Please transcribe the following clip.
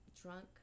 drunk